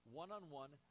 one-on-one